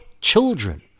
children